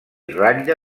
ratlla